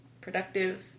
productive